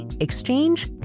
exchange